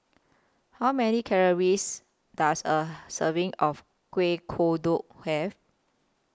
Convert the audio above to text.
How Many Calories Does A Serving of Kueh Kodok Have